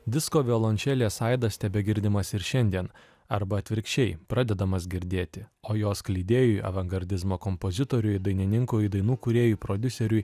disko violončelės aidas tebegirdimas ir šiandien arba atvirkščiai pradedamas girdėti o jo skleidėjui avangardizmo kompozitoriui dainininkui dainų kūrėjui prodiuseriui